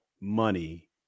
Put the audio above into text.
money